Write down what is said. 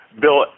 Bill